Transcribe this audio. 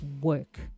work